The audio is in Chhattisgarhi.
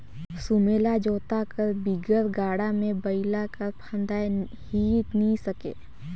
सुमेला जोता कर बिगर गाड़ा मे बइला हर फदाए ही नी सके